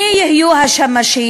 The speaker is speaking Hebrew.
מי יהיו השמשים?